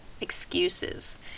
excuses